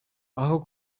aho